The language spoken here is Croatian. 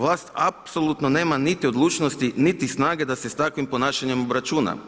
Vlast apsolutno nema niti odlučnosti, niti snage da se s takvim ponašanjem obračuna.